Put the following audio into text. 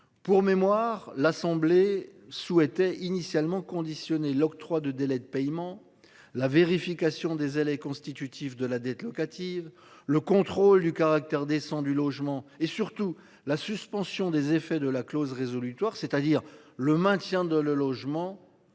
Pour mémoire, l'Assemblée souhaitait initialement conditionner l'octroi de délais de paiement. La vérification des constitutif de la dette locative le contrôle du caractère descend du logement et surtout la suspension des effets de la clause résolutoire c'est-à-dire le maintien de le logement